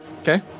Okay